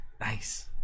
Nice